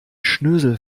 schnösel